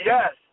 Yes